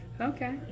okay